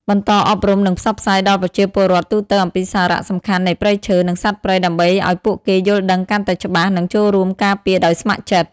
បន្តអប់រំ និងផ្សព្វផ្សាយដល់ប្រជាពលរដ្ឋទូទៅអំពីសារៈសំខាន់នៃព្រៃឈើ និងសត្វព្រៃ ដើម្បីឲ្យពួកគេយល់ដឹងកាន់តែច្បាស់ និងចូលរួមការពារដោយស្ម័គ្រចិត្ត។